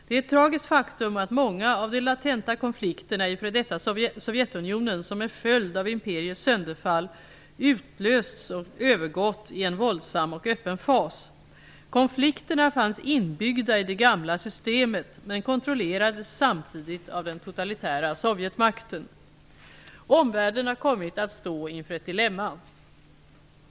Det är ett tragiskt faktum att många av de latenta konflikterna i f.d. Sovjetunionen som en följd av imperiets sönderfall utlösts och övergått i en våldsam och öppen fas. Konflikterna fanns inbyggda i det gamla systemet, men kontrollerades samtidigt av den totalitära sovjetmakten. Omvärlden har kommit att stå inför ett dilemma.